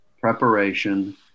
preparation